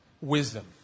wisdom